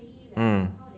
mm